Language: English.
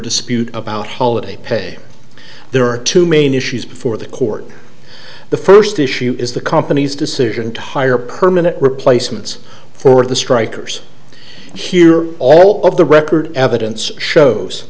dispute about holiday pay there are two main issues before the court the first issue is the company's decision to hire permanent replacements for the strikers here all of the record evidence shows